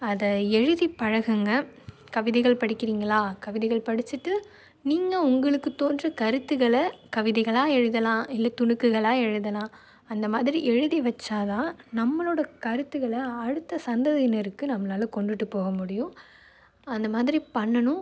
அதை எழுதிப் பழகுங்கள் கவிதைகள் படிக்கிறீங்களா கவிதைகள் படித்துட்டு நீங்கள் உங்களுக்குத் தோன்ற கருத்துகளை கவிதைகளாக எழுதலாம் இல்லை துணுக்குகளாக எழுதலாம் அந்தமாதிரி எழுதி வச்சால்தான் நம்மளோடய கருத்துகளை அடுத்த சந்ததியினருக்கு நம்மளால் கொண்டுட்டுப் போக முடியும் அந்தமாதிரிப் பண்ணணும்